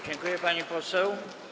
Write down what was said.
Dziękuję, pani poseł.